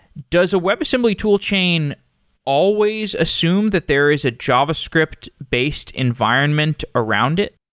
does a webassembly toolchain always assume that there is a javascript based environment around it?